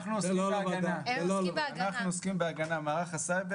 אנחנו עוסקים בהגנה, מערך הסייבר עוסק בהגנה.